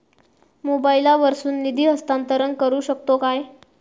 मोबाईला वर्सून निधी हस्तांतरण करू शकतो काय?